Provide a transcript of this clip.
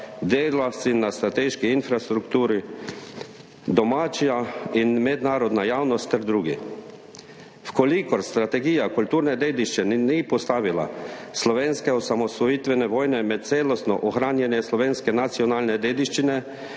delavci na strateški infrastrukturi, domača in mednarodna javnost ter drugi. V kolikor strategija kulturne dediščine ni postavila slovenske osamosvojitvene vojne med celostno ohranjene slovenske nacionalne dediščine